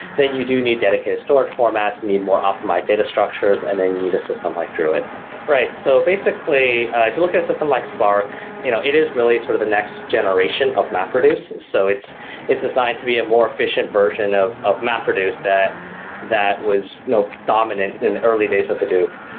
then you do need dedicated stored formats, you need more optimized data structures and then you need a system like druid right. so basically, if you look at a system like spark, you know it is really sort of the next generation of mapreduce, so it's it's designed to be a more efficient version of of mapreduce that that was no dominant in the early days of hadoop.